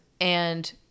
And-